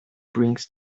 brings